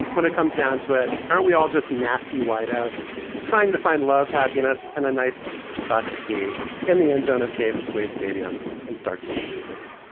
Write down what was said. when it comes down to it, aren't we all just nasty wideouts trying to find love, happiness and a nice spot to pee in the end zone of davis wade stadium in starkville, mississippi